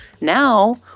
Now